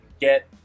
get